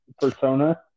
persona